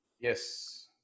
Yes